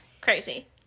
crazy